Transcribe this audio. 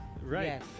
Right